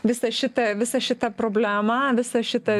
visą šitą visą šitą problemą visą šitą